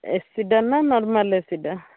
ଏସିଟା ନା ନର୍ମାଲ୍ ଏସିଟା